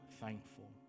thankful